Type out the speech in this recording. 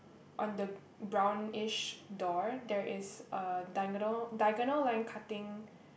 on the brownish door there is a diagonal diagonal line cutting